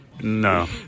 No